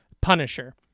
Punisher